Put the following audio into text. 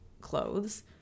clothes